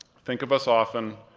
think of us often,